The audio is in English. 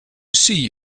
see